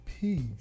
peace